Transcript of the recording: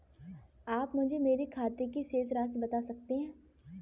आप मुझे मेरे खाते की शेष राशि बता सकते हैं?